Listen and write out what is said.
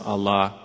Allah